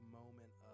moment